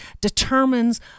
determines